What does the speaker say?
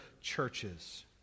churches